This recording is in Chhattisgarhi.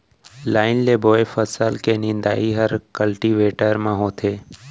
लाइन ले बोए फसल के निंदई हर कल्टीवेटर म होथे